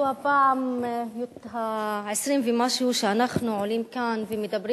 הפעם ה-20 ומשהו שאנחנו עולים לכאן ומדברים